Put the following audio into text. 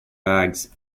bags